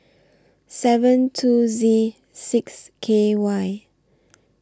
seven two Z six K Y